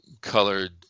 colored